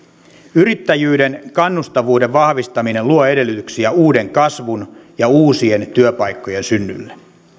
yrittäjyyden kannustavuuden vahvistaminen luo edellytyksiä uuden kasvun ja uusien työpaikkojen synnylle